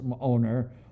owner